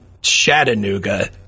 Chattanooga